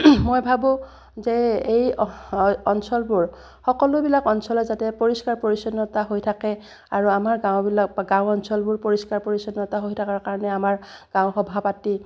মই ভাবোঁ যে এই অঞ্চলবোৰ সকলোবিলাক অঞ্চলত যাতে পৰিষ্কাৰ পৰিচ্ছন্নতা হৈ থাকে আৰু আমাৰ গাঁওবিলাক বা গাঁও অঞ্চলবোৰ পৰিষ্কাৰ পৰিচ্ছন্নতা হৈ থকাৰ কাৰণে আমাৰ গাঁও সভা পাতি